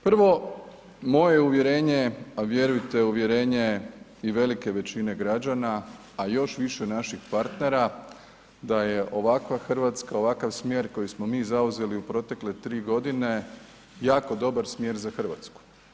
Prvo moje uvjerenje, a vjerujte i uvjerenje velike građana, a još više naših partnera da je ovakva Hrvatska, ovakav smjer koji smo mi zauzeli u protekle 3 godine jako dobar smjer za Hrvatsku.